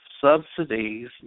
subsidies